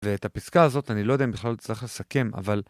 ואת הפסקה הזאת אני לא יודע אם בכלל אצלך לסכם, אבל...